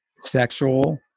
sexual